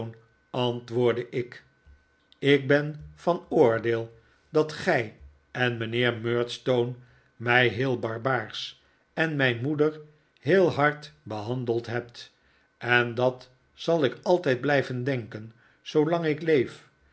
antwoordde ik ik ben van oordeel dat gij en mijnheer murdstone mij heel barbaarsch en mijn moeder heel hard behandeld hebt en dat zal ik altijd blijven denken zoolang ik leef